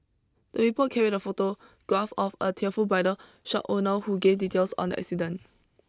the report carried a photograph of the tearful bridal shop owner who gave details on the accident